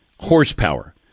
horsepower